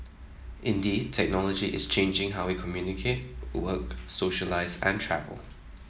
indeed technology is changing how we communicate work socialise and travel